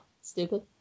stupid